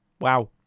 Wow